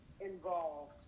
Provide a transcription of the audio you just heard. involved